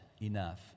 enough